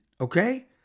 Okay